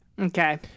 Okay